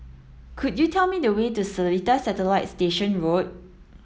could you tell me the way to Seletar Satellite Station Road